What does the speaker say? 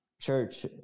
church